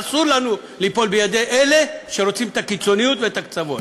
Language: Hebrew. אסור לנו ליפול בידי אלה שרוצים את הקיצוניות ואת הקצוות.